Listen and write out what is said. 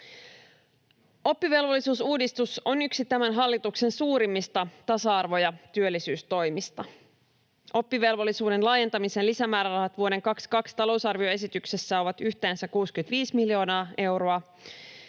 Oppivelvollisuusuudistus on yksi tämän hallituksen suurimmista tasa-arvo- ja työllisyystoimista. Oppivelvollisuuden laajentamisen lisämäärärahat vuoden 22 talousarvioesityksessä ovat yhteensä 65 miljoonaa euroa,